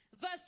Verse